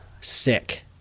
sick